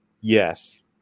Yes